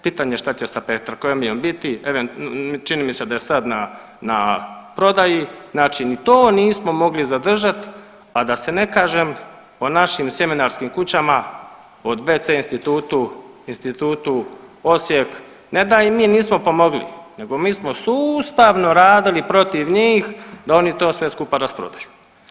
Pitanje šta će sa Petrokemijom biti, čini mi se da je sad na prodaji, znači ni to nismo mogli zadržat, a da se ne kažem o našim sjemenarskim kućama od BC institutu, Institutu Osijek ne da im mi nismo pomogli nego mi smo sustavno radili protiv njih da oni to sve skupa rasprodaju.